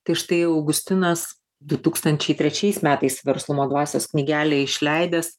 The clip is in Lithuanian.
tai štai augustinas du tūkstančiai trečiais metais verslumo dvasios knygelę išleidęs